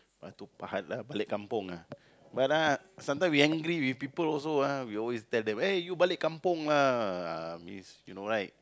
Batu-Pahat lah balik kampung ah but ah sometimes we angry with people also ah we always tell them eh you balik kampung lah ah is you know right